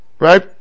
right